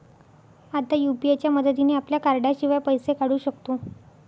आता यु.पी.आय च्या मदतीने आपल्या कार्डाशिवाय पैसे काढू शकतो